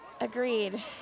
Agreed